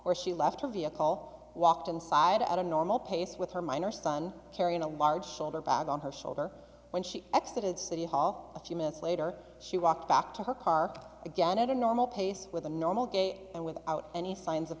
where she left her via call walked inside at a normal pace with her minor son carrying a large shoulder bag on her shoulder when she exit at city hall a few minutes later she walked back to her car again at a normal pace with a normal gate and without any signs of